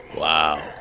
Wow